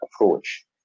approach